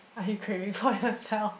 are you craving for yourself